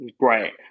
Right